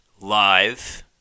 live